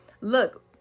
Look